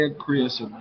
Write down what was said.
Chris